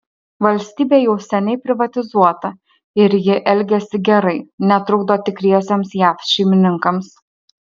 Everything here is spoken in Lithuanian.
valstybė jau seniai privatizuota ir ji elgiasi gerai netrukdo tikriesiems jav šeimininkams